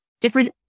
different